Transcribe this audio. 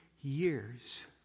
years